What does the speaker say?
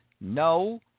no